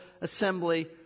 assembly